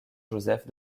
joseph